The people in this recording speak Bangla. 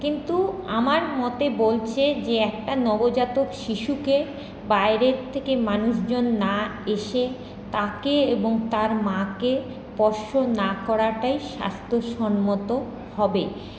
কিন্তু আমার মতে বলছে যে একটা নবজাতক শিশুকে বাইরের থেকে মানুষজন না এসে তাকে এবং তার মাকে স্পর্শ না করাটাই স্বাস্থ্যসম্মত হবে